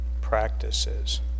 practices